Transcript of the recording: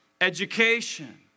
education